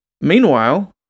Meanwhile